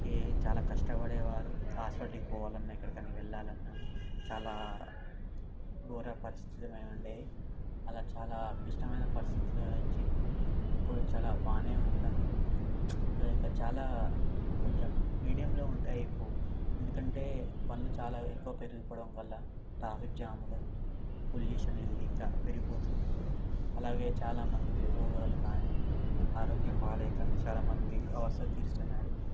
ఇది చాలా కష్టపడేవారు హాస్పటల్కి పోవాలన్న ఎక్కడికన్నా వెళ్ళాలి అన్న చాలా ఘోర పరిస్థితిలో ఉండేది అలా చాలా క్లిష్టమైన పరిస్థితుల నుంచి ఇప్పుడు చాలా బాగానే ఉంది కానీ ఇంకా చాలా కొంచెం మీడియంలో ఉంటే అయిపోవు ఎందుకంటే బండ్లు చాలా ఎక్కువ పెరిగిపోవడం వల్ల ట్రాఫిక్ జాములో పొల్యూషన్ అనేది ఇంకా పెరిగిపోతుంది అలాగే చాలామందికి రోగాలు కానీ ఆరోగ్యం బాగాలేక చాలామంది అవస్థ తీరుస్తున్నారు